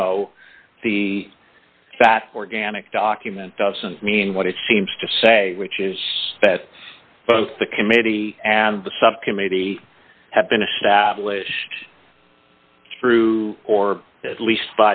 no the fat organic document doesn't mean what it seems to say which is that both the committee and the subcommittee have been established through or at least